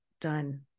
done